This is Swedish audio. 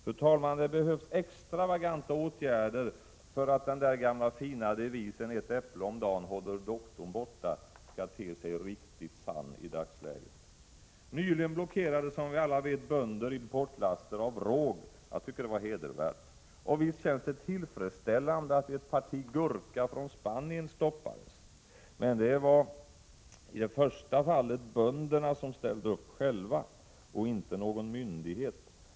Det behövs, fru talman, extraordinära åtgärder för att den gamla fina devisen, att ett äpple om dagen håller doktorn borta, skall te sig riktigt sann i dagsläget. Nyligen blockerade, som vi alla vet, bönder importlaster av råg. Jag tycker det var hedervärt. Och visst känns det tillfredsställande att ett parti gurka från Spanien stoppades. Men i det första fallet var det bönderna själva som ställde upp och inte någon myndighet.